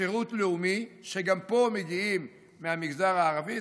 שירות לאומי, שגם לפה מגיעים מהמגזר הערבי.